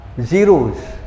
zeros